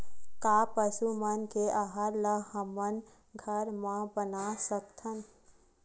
का पशु मन के आहार ला हमन घर मा बना सकथन?